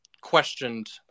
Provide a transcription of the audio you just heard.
questioned